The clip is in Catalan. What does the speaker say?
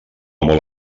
molt